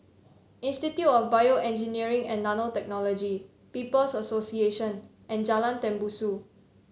Institute of BioEngineering and Nanotechnology People's Association and Jalan Tembusu